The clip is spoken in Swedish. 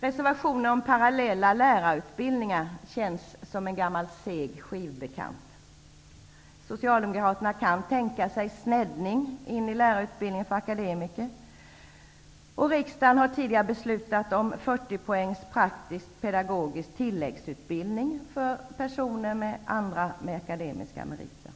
Reservationen om den parallella lärarutbildningen upplevs som en gammal seg skivbekant. Socialdemokraterna kan tänka sig en sneddning in i lärarutbildningen för akademiker. Riksdagen har tidigare beslutat om 40 poängs praktisk-pedagogisk tilläggsutbildning för personer med andra akademiska meriter.